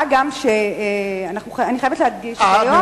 מה גם שאני חייבת להדגיש שהיום,